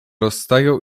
rozstaju